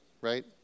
right